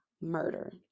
murder